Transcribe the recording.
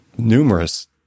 Numerous